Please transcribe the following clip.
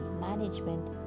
management